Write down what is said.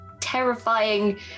terrifying